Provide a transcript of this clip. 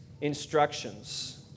instructions